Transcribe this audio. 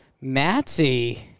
Matsy